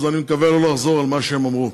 אז אני מקווה לא לחזור על מה שהם אמרו.